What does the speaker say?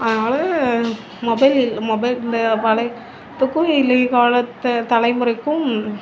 அதனால mobile mobile இந்த பழைய இளைய காலத்து தலைமுறைக்கும்